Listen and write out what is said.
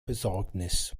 besorgnis